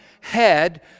head